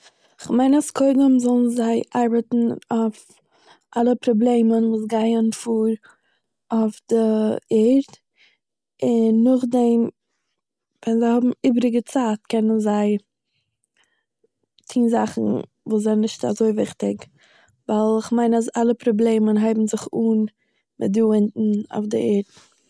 כ'מיין אז קודם זאלן זיי ארבעטן אויף אלע פראבלעמען וואס גייען פאר אויף דער ערד, און נאכדעם, ווען זיי האבן איבעריגע צייט קענען זיי טוהן זאכן וואס זענען נישט אזוי וויכטיג, ווייל איך מיין אז אלע פראבלעמען הייבן זיך אן מיט דא אויף דער ערד